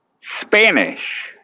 Spanish